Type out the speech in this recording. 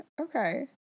Okay